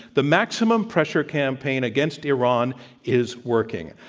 the maximum pressure campaign against iran is working.